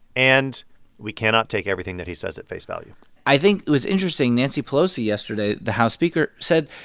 and we cannot take everything that he says at face value i think it was interesting nancy pelosi yesterday, the house speaker, said,